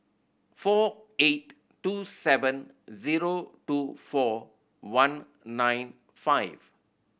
four eight two seven zero two four one nine five